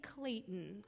Clayton